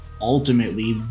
ultimately